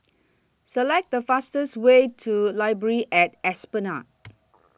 Select The fastest Way to Library At Esplanade